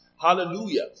Hallelujah